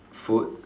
food